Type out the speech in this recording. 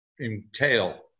entail